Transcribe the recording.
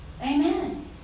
Amen